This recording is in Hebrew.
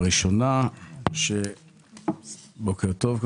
בוקר טוב.